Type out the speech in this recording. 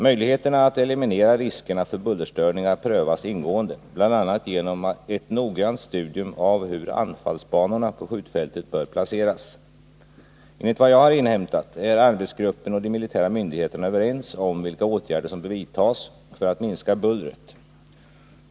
Möjligheterna att eliminera riskerna för bullerstörningar prövas ingående, bl.a. genom ett noggrant studium av hur anfallsbanorna på skjutfältet bör placeras. Enligt vad jag har inhämtat är arbetsgruppen och de militära myndigheterna överens om vilka åtgärder som bör vidtas för att minska bullret.